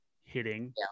hitting